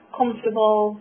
comfortable